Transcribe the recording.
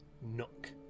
nook